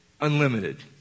Unlimited